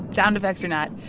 sound effects or not,